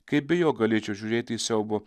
kaip be jo galėčiau žiūrėti į siaubo